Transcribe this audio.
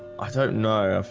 i don't know